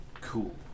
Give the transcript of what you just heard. Cool